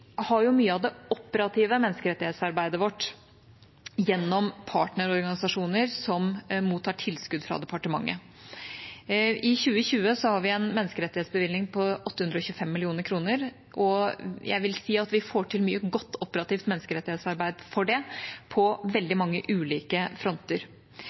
har mye av det operative menneskerettighetsarbeidet vårt gjennom partnerorganisasjoner som mottar tilskudd fra departementet. I 2020 har vi en menneskerettighetsbevilgning på 825 mill. kr, og jeg vil si at vi får til mye godt operativt menneskerettighetsarbeid for det – på veldig mange ulike fronter.